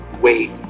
wait